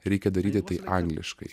reikia daryti tai angliškai